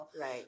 Right